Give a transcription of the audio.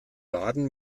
baden